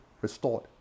restored